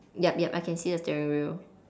yup yup I can see the steering wheel